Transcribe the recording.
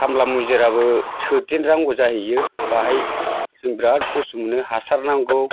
खामला मुजिराबो सोदेर नांगौ जाहैयो बाहाय जों बिराद खस्थ' मोनो हासार नांगौ